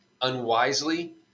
unwisely